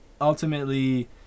ultimately